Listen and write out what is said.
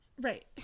right